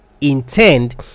intend